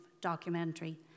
documentary